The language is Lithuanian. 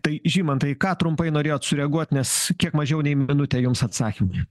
tai žymantai ką trumpai norėjot sureaguot nes kiek mažiau nei minutė jums atsakymui